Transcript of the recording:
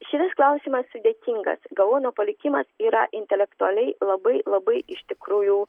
šis klausimas sudėtingas gaono palikimas yra intelektualiai labai labai iš tikrųjų